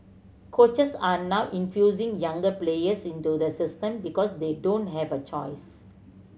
coaches are now infusing younger players into the system because they don't have a choice